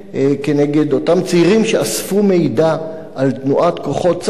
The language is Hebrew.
כנגד אותם צעירים שאספו מידע על תנועת כוחות צה"ל,